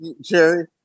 Jerry